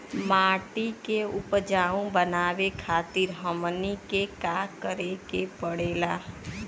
माटी के उपजाऊ बनावे खातिर हमनी के का करें के पढ़ेला?